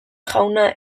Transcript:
jauna